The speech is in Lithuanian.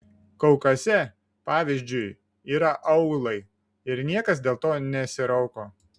kaukaze pavyzdžiui yra aūlai ir niekas dėl to nesirauko